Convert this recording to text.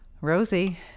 Rosie